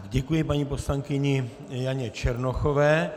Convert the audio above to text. Děkuji paní poslankyni Janě Černochové.